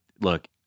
Look